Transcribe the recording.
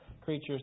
creatures